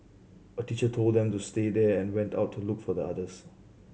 a teacher told them to stay there and went out to look for the others